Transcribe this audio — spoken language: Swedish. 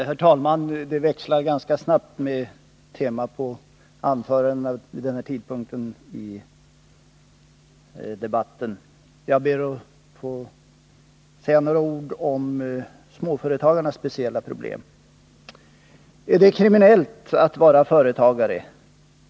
Herr talman! Vid den här tidpunkten i debatten växlar temana i anförandena snabbt. Jag skall be att få säga några ord om småföretagarnas speciella problem. Är det kriminellt att vara företagare?